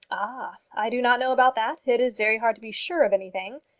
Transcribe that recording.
ah i do not know about that. it is very hard to be sure of anything.